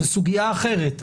זה סוגיה אחרת,